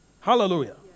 Hallelujah